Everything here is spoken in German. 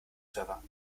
server